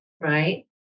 right